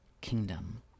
kingdom